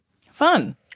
Fun